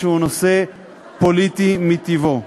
שהוא נושא פוליטי מטיבו.